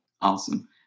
Awesome